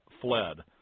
fled